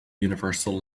universal